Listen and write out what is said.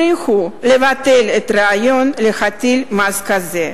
את ממשלת רבין הכריחו לבטל את הרעיון להטיל מס כזה.